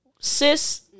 cis